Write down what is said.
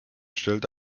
stellt